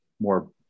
more